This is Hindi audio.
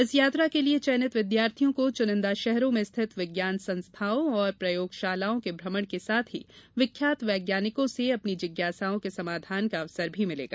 इस यात्रा के लिये चयनित विद्यार्थियों को चुनिंदा शहरों में स्थित विज्ञान संस्थानों और प्रयोगशालाओं के भ्रमण के साथ ही विख्यात वैज्ञानिकों से अपनी जिज्ञासाओं के समाधान का अवसर भी मिलेगा